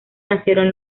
nacieron